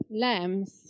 lambs